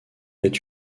est